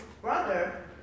brother